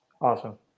Awesome